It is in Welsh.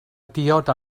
diod